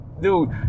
dude